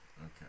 Okay